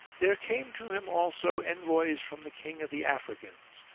there came to him also envoys from the king of the africans,